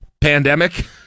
pandemic